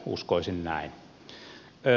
uskoisin näin